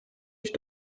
ich